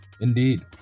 Indeed